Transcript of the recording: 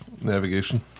Navigation